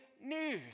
news